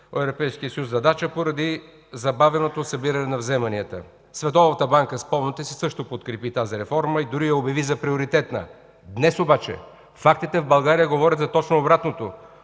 съюз задача поради забавеното събиране на вземанията. Световната банка, спомняте си, също подкрепи тази реформа и дори я обяви за приоритетна. Днес обаче фактите в България говорят за точно обратното,